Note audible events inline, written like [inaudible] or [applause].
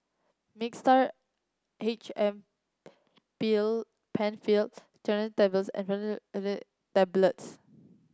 Mixtard H M [unintelligible] Penfill Cinnarizine Tablets [unintelligible] Tablets